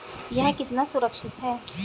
यह कितना सुरक्षित है?